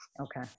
Okay